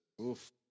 Oof